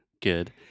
Good